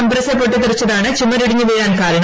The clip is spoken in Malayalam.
കംപ്രസർ പൊട്ടിത്തെറിച്ചതാണ് ചുമരിടിഞ്ഞ് വീഴാൻ കാരണം